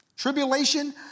Tribulation